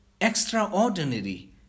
extraordinary